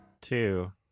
two